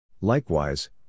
Likewise